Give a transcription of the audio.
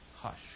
Hush